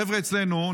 חבר'ה אצלנו,